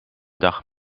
dag